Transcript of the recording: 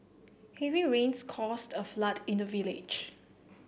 heavy rains caused a flood in the village